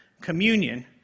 Communion